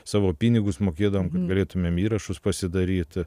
savo pinigus mokėdavom kad galėtumėm įrašus pasidaryt